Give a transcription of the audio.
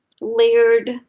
layered